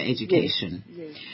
education